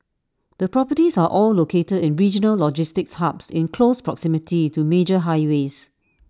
the properties are all located in regional logistics hubs in close proximity to major highways